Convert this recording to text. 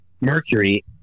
Mercury